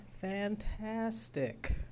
fantastic